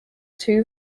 two